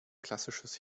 klassisches